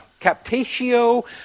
captatio